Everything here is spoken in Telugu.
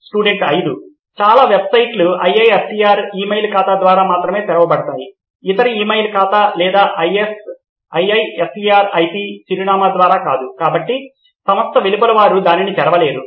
స్టూడెంట్ 5 చాలా వెబ్సైట్లు IISER ఇమెయిల్ ఖాతా ద్వారా మాత్రమే తెరవబడతాయి ఇతర ఇమెయిల్ ఖాతా లేదా IISER IP చిరునామా ద్వారా కాదు కాబట్టి సంస్థ వెలుపల వారు దానిని తెరవలేరు